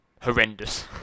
horrendous